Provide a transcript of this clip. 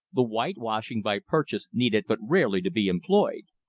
the whitewashing by purchase needed but rarely to be employed.